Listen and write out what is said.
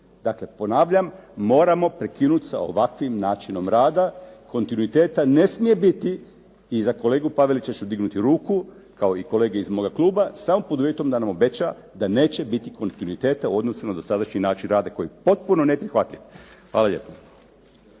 Dakle, ponavljam moramo prekinut sa ovakvim načinom rada. Kontinuiteta ne smije biti i za kolegu Pavelića ću dignuti ruku kao i kolege iz moga kluba samo pod uvjetom da nam obeća da neće biti kontinuiteta u odnosu na dosadašnji način rada koji je potpuno neprihvatljiv. Hvala lijepo.